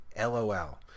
LOL